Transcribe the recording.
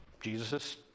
Jesus